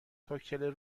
کوکتل